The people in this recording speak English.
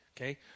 Okay